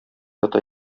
ята